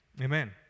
Amen